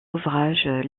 ouvrages